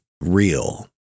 real